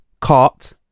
cart